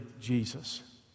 Jesus